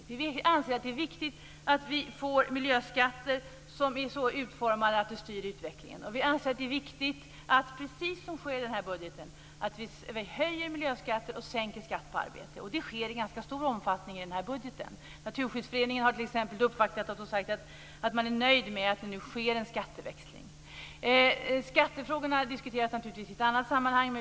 Vi anser att det är viktigt att vi får miljöskatter som är så utformade att de styr utvecklingen. Vi anser att det är viktigt att, precis som sker i denna budget, höja miljöskatter och sänka skatt på arbete. Det sker i stor omfattning i budgeten. Naturskyddsföreningen har uppvaktat och sagt att man är nöjd med att det sker en skatteväxling. Skattefrågorna diskuteras naturligtvis i ett annat sammanhang.